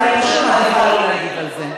אז אני פשוט מעדיפה שלא להגיב על זה.